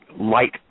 light